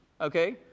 okay